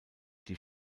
die